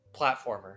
platformer